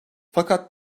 fakat